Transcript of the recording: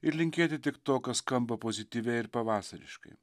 ir linkėti tik to kas skamba pozityvia ir pavasariškai